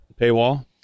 paywall